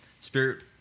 Spirit